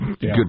good